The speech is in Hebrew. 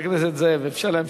חבר הכנסת זאב, אפשר להמשיך.